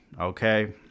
Okay